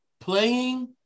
playing